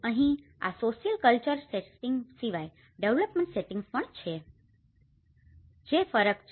અહીં આ social cultural settings સિવાય ડેવેલપમેન્ટના સેટિંગ્સ પણ છે જે ફરક છે